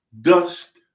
dusk